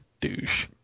douche